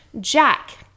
jack